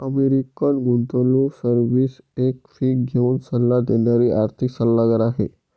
American गुंतवणूक service एक fee घेऊन सल्ला देणारी आर्थिक सल्लागार आहे